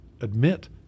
admit